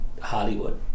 Hollywood